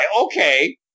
Okay